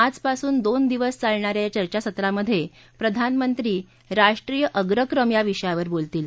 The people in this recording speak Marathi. आजपासून दोन दिवस चालणा या या चर्चासत्रामध्ये प्रधानमंत्री राष्ट्रीय अगक्रम या विषयावर बोलतील